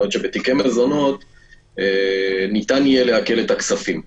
ששם ניתן יהיה לעקל את הכספים.